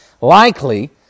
Likely